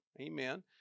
amen